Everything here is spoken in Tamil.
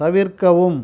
தவிர்க்கவும்